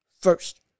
first